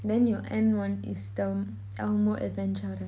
then your end one is the um Elmo adventure right